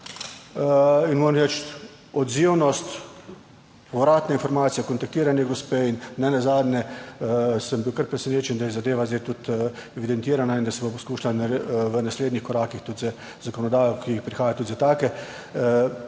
in moram reči, odzivnost, povratna informacija, kontaktiranje gospe in ne nazadnje sem bil kar presenečen, da je zadeva zdaj tudi evidentirana, in da se bo poskušala v naslednjih korakih tudi z zakonodajo, ki prihaja, tudi za take